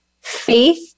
faith